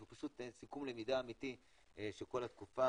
שהוא פשוט סיכום למידה אמיתי של כל התקופה,